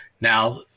Now